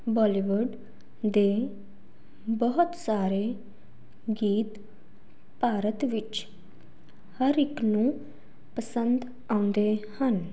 ਬਾਲੀਵੁੱਡ ਦੇ ਬਹੁਤ ਸਾਰੇ ਗੀਤ ਭਾਰਤ ਵਿੱਚ ਹਰ ਇੱਕ ਨੂੰ ਪਸੰਦ ਆਉਂਦੇ ਹਨ